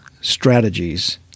strategies